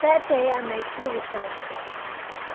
that day i made two resolves